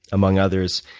among others.